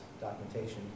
documentation